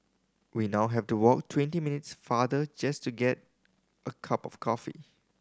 we now have to walk twenty minutes farther just to get a cup of coffee